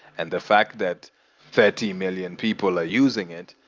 and the fact that thirty million people are using it,